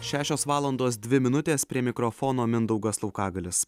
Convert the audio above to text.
šešios valandos dvi minutės prie mikrofono mindaugas laukagalis